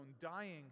dying